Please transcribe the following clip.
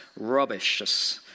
rubbish